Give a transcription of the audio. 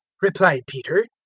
replied peter.